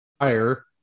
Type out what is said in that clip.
higher